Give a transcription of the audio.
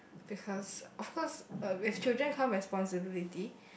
because of course uh with children come responsibility